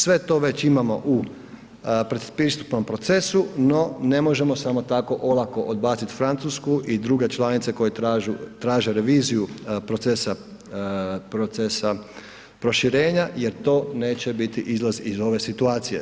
Sve to već imamo u predpristupnom procesu, no ne možemo samo tako olako odbaciti Francusku i druge članice koje traže reviziju procesa proširenja jer to neće biti izlaz iz ove situacije.